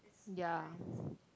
ya